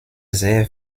sehr